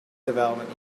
development